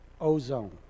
ozone